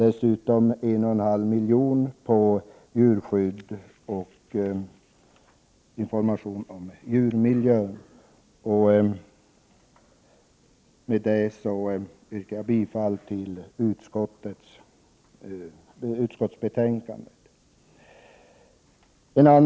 Dessutom föreslås ett anslag på 1,5 milj.kr. för information om djurmiljön. Jag yrkar bifall till utskottets hemställan på denna punkt.